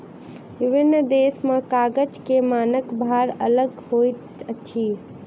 विभिन्न देश में कागज के मानक भार अलग होइत अछि